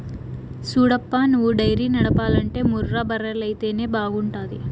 సూడప్పా నువ్వు డైరీ నడపాలంటే ముర్రా బర్రెలైతేనే బాగుంటాది